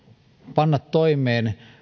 panna toimeen